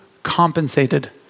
Compensated